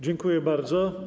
Dziękuję bardzo.